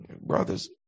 brothers